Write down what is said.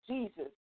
Jesus